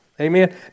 Amen